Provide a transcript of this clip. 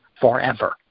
forever